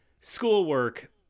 schoolwork